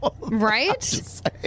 Right